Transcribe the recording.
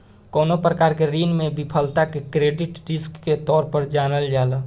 कवनो प्रकार के ऋण में विफलता के क्रेडिट रिस्क के तौर पर जानल जाला